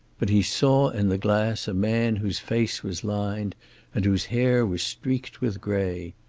but he saw in the glass a man whose face was lined and whose hair was streaked with gray.